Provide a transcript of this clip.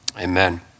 amen